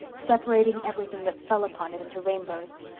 separating everything that fell upon it into rainbows.